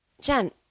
Jen